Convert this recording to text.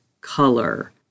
color